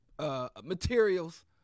materials